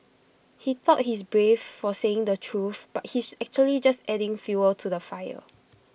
he thought he's brave for saying the truth but he's actually just adding fuel to the fire